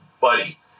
Buddy